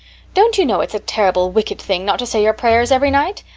don't you know it's a terrible wicked thing not to say your prayers every night?